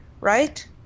right